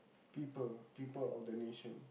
people people of the nation